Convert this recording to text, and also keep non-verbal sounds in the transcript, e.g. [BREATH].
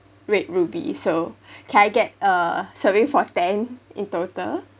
red ruby so [BREATH] can I get a serving for ten in total